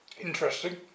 interesting